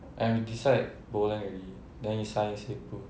and we decide bowling already then you suddenly say pool